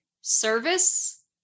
service